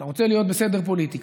אתה רוצה להיות בסדר בפוליטיקה,